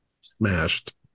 Smashed